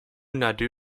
nadu